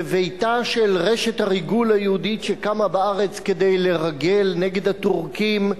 בביתה של רשת הריגול היהודית שקמה בארץ כדי לרגל נגד הטורקים,